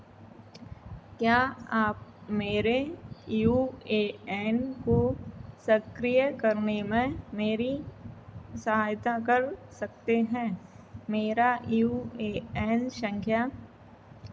क्या आप मेरे यू ए एन को सक्रिय करने में मेरी सहायता कर सकते हैं मेरा यू ए एन संख्या